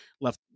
left